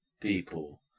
people